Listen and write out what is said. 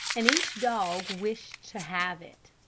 and each dog wished to have it.